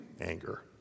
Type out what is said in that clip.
anger